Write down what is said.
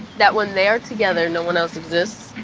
that when they are together, no one else exists.